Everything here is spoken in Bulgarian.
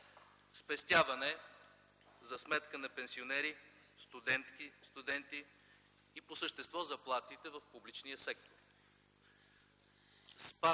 спестяване за сметка на пенсионери, студенти и по същество заплатите в публичния сектор;